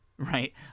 Right